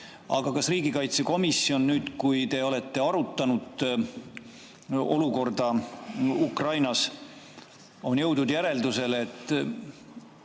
Aga kas riigikaitsekomisjon, nüüd, kui te olete arutanud olukorda Ukrainas, on jõudnud järeldusele, et